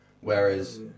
Whereas